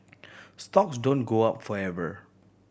stocks don't go up forever